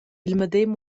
medem